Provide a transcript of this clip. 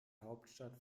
hauptstadt